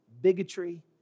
bigotry